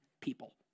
people